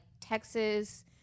Texas